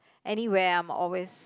anyway I'm always